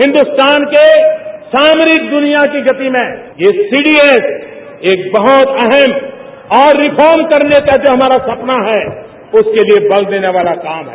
हिंदुस्तान के सामरिक दुनिया की गति में ये सी डी एस एक बहुत अहम और रिफॉर्म करने का जो हमारा सपना है उसके लिए बल देने का काम है